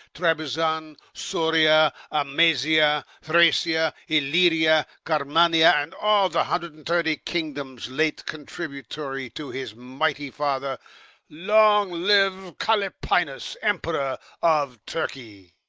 trebizon, soria, amasia, thracia, ilyria, carmania, and all the hundred and thirty kingdoms late contributory to his mighty father long live callapinus, emperor of turkey!